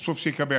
חשוב שיקבל.